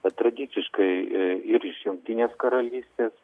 tradiciškai ir iš jungtinės karalystės